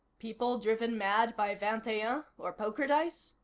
people driven mad by vingt-et-un or poker-dice?